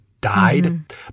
died